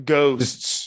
Ghosts